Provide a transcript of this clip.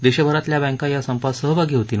देशभरातल्या बँका या सपात सहभागी होतील